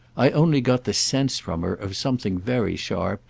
i only got the sense from her of something very sharp,